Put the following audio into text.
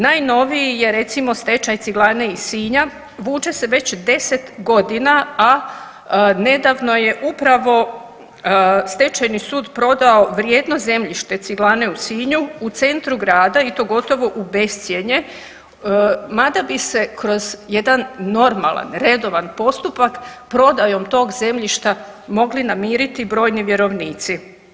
Najnoviji je recimo stečaj Ciglane iz Sinja, vuče se već deset godina, a nedavno je upravo Stečajni sud prodao vrijedno zemljište Ciglane u Sinju u centru grada i to gotovo u bescjenje, mada bi se kroz jedan normalan redovan postupak prodajom tog zemljišta mogli namiriti brojni vjerovnici.